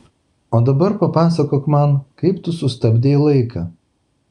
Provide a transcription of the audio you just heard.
o dabar papasakok man kaip tu sustabdei laiką